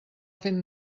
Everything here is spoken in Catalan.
fent